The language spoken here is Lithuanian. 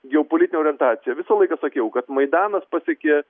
geopolitinę orientaciją visą laiką sakiau kad maidanas pasiekė